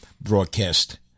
Broadcast